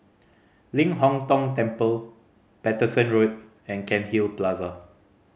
Ling Hong Tong Temple Paterson Road and Cairnhill Plaza